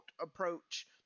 approach